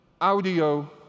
audio